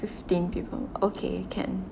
fifteen people okay can